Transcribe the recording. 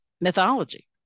mythology